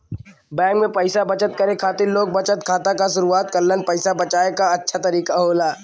bank में पइसा बचत करे खातिर लोग बचत खाता क शुरआत करलन पइसा बचाये क अच्छा तरीका होला